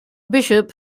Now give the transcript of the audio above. bishop